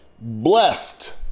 blessed